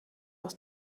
aus